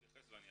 אני אתייחס.